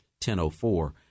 1004